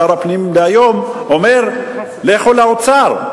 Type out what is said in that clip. שר הפנים דהיום אומר: לכו לאוצר.